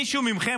מישהו מכם,